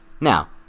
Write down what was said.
now